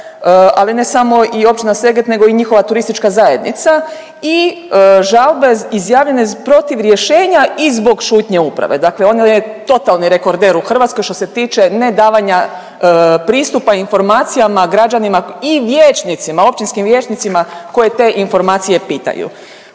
ali ne samo i općina Seget nego i njihova turistička zajednica. I žalbe izjavljene protiv rješenja i zbog šutnje uprave, dakle ona je totalni rekorder u Hrvatskoj što se tiče ne davanja pristupa informacijama građanima i vijećnicima, općinskim vijećnicima koji te informacije pitaju.